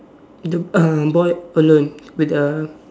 the uh boy alone with the